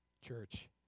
church